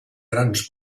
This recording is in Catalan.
grans